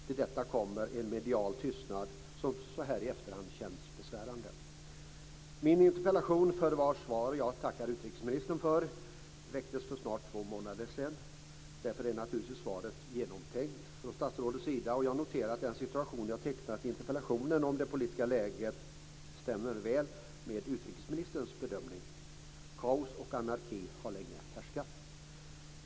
Till detta kommer en medial tystnad som så här i efterhand känns besvärande. Min interpellation, för vars svar jag tackar utrikesministern, ställdes för snart två månader sedan. Därför är naturligtvis svaret genomtänkt från statsrådets sida. Jag noterar att den politiska situation jag tecknat i interpellationen stämmer väl med utrikesministerns bedömning. Kaos och anarki har länge härskat.